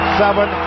seven